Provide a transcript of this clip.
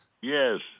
Yes